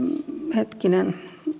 hetkinen